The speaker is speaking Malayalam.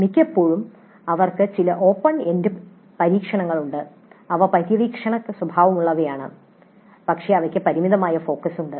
മിക്കപ്പോഴും അവർക്ക് ചില ഓപ്പൺ എൻഡ് പരീക്ഷണങ്ങളുണ്ട് അവ പര്യവേക്ഷണ സ്വഭാവമുള്ളവയാണ് പക്ഷേ അവയ്ക്ക് പരിമിതമായ ഫോക്കസ് ഉണ്ട്